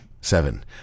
Seven